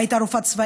הייתה רופאה צבאית,